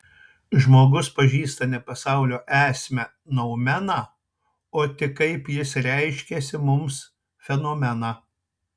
žmogus pažįsta ne pasaulio esmę noumeną o tik kaip jis reiškiasi mums fenomeną